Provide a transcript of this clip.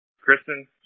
Kristen